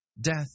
Death